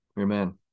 Amen